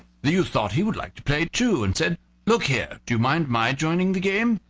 the youth thought he would like to play too, and said look here do you mind my joining the game?